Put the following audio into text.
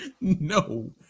No